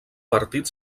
partit